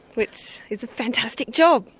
which is a fantastic job.